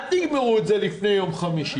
אל תגמרו את זה לפני יום חמישי.